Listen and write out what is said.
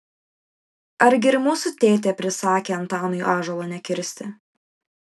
argi ir mūsų tėtė prisakė antanui ąžuolo nekirsti